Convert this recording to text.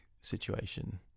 situation